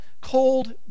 cold